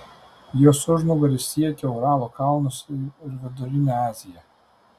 jos užnugaris siekia uralo kalnus ir vidurinę aziją